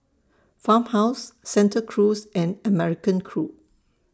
Farmhouse Santa Cruz and American Crew